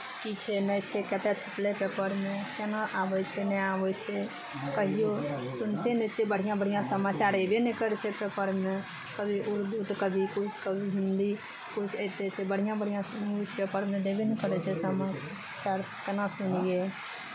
की छै नहि छै कतय छपलै पेपरमे केना आबै छै नहि आबै छै कहियो सुनिते नहि छै बढ़िआँ बढ़िआँ समाचार अयबे नहि करै छै पेपरमे कभी उर्दू तऽ कभी किछु कभी हिन्दी किछु अयते छै बढ़िआँ बढ़िआँ न्यूज पेपरमे देबे नहि करै छै समाचार केना सुनियै